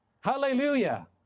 Hallelujah